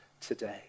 today